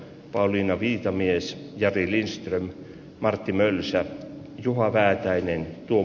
pauliina viitamies jari lindström martti mölsä juha väätäinen tuo